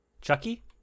Chucky